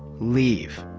leave.